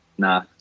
Nah